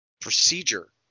procedure